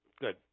Good